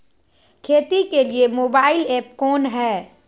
खेती के लिए मोबाइल ऐप कौन है?